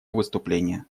выступление